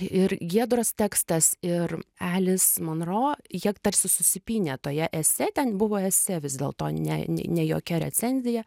ir giedros tekstas ir elis monro jie tarsi susipynę toje esė ten buvo esę vis dėlto ne ne jokia recenzija